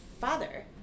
father